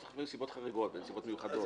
אתה יכול לכתוב בנסיבות חריגות, בנסיבות מיוחדות.